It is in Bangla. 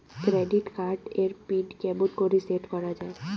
ক্রেডিট কার্ড এর পিন কেমন করি সেট করা য়ায়?